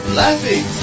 laughing